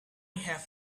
have